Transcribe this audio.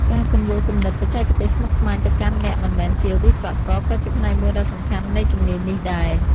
ការពន្យល់គំនិតបច្ចេកទេសស្មុគស្មាញទៅកាន់អ្នកមិនមែនជាវិស្វករក៏ជាផ្នែកមួយដ៏សំខាន់នៃជំនាញនេះដែរ។